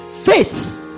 Faith